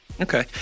Okay